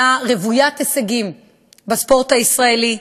שנה רוויית הישגים בספורט הישראלי.